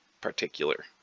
particular